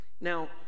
Now